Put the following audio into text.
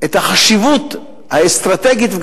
את החשיבות האסטרטגית,